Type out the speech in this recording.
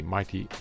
Mighty